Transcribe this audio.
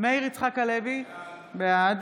מאיר יצחק הלוי, בעד